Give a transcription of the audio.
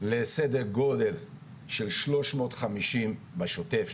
לסדר גודל של שלוש מאות חמישים בשוטף,